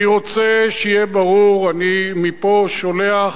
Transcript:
אני רוצה שיהיה ברור, אני מפה שולח,